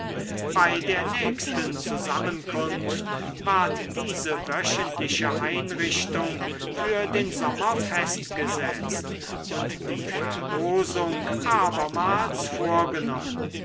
bei der nächsten zusammenkunft ward diese wöchentliche einrichtung für den sommer festgesetzt und die verlosung abermals vorgenommen